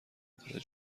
داره